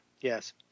Yes